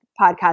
podcast